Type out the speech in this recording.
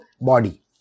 body